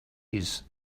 his